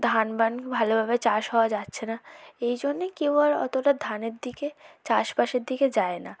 ধান বান ভালোভাবে চাষ হওয়া যাচ্ছে না এই জন্যেই কেউ আর অতটা ধানের দিকে চাষবাসের দিকে যায় না